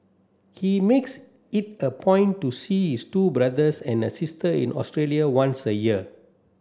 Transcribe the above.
he makes it a point to see his two brothers and a sister in Australia once a year